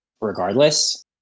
regardless